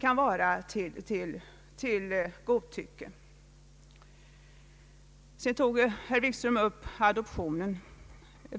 Herr Wikström tog också upp frågan om adoption.